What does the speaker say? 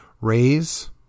raise